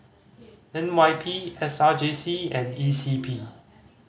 N Y P S R J C and E C P